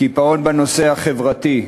קיפאון בנושא החברתי.